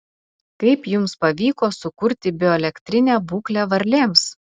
kaip jums pavyko sukurti bioelektrinę būklę varlėms